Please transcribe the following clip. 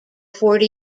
forty